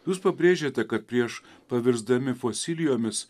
jūs pabrėžėte kad prieš pavirsdami fosilijomis